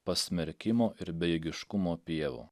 pasmerkimo ir bejėgiškumo pievų